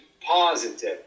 positive